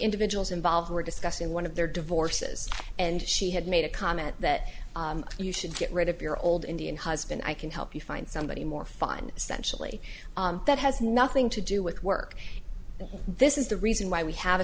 individuals involved were discussing one of their divorces and she had made a comment that you should get rid of your old indian husband i can help you find somebody more fun essentially that has nothing to do with work and this is the reason why we ha